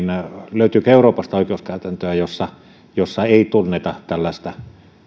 löytyykö euroopasta oikeuskäytäntöä jossa jossa ei tunneta tällaista